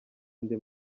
andi